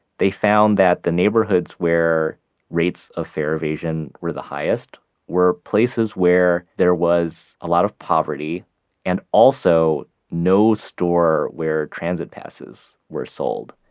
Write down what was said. they found that the neighborhoods where rates of fare evasion were the highest were places where there was a lot of poverty and also no store where transit passes were sold.